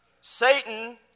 Satan